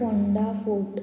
Ponda fort